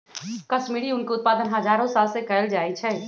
कश्मीरी ऊन के उत्पादन हजारो साल से कएल जाइ छइ